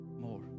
more